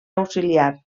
auxiliar